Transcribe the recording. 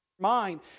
mind